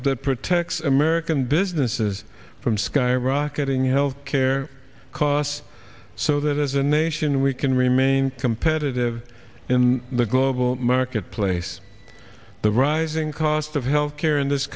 that protects american businesses from skyrocketing health care costs so that as a nation we can remain competitive in the global marketplace the rising cost of healthcare in this